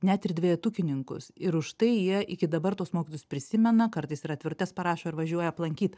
net ir dvejetukininkus ir už tai jie iki dabar tuos mokytojus prisimena kartais ir atvirutes parašo ir važiuoja aplankyt